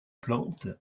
plante